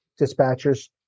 dispatchers